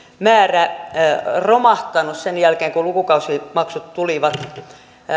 määrä romahtanut sen jälkeen kun lukukausimaksut tulivat